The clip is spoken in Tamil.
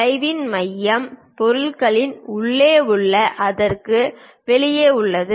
வளைவின் மையம் பொருளின் உள்ளே அல்ல அதற்கு வெளியே உள்ளது